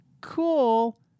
cool